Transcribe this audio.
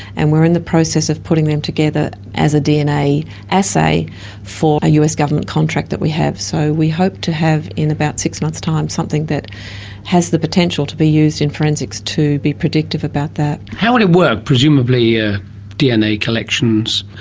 and we are in the process of putting them together as a dna assay for a us government contract that we have. so we hope to have in about six months time something that has the potential to be used in forensics to be predictive about that. how would it work? presumably yeah dna collections,